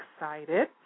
excited